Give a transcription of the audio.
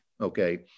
okay